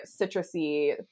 citrusy